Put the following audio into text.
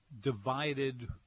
divided